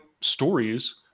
stories